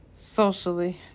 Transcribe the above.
socially